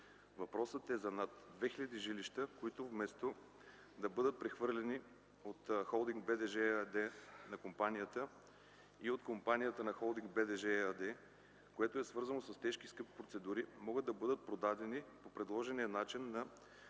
Въпросът е за над 2000 жилища, които вместо да бъдат прехвърляни от „Холдинг БДЖ” ЕАД на компанията и от компанията на „Холдинг БДЖ” ЕАД, което е свързано с тежки и скъпи процедури, могат да бъдат продадени по предложения начин на